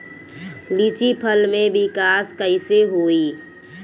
लीची फल में विकास कइसे होई?